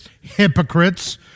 Hypocrites